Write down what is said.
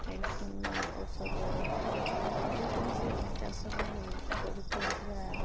medicine ଔଷଧ ଯେ କୌଣସି ଚାଷ ପାଇଁ ଉପଯୁକ୍ତ ହେଉଥିବା